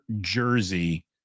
jersey